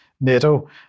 NATO